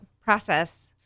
process